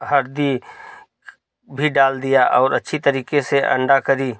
हल्दी भी डाल दिया और अच्छी तरीके से अंडा करी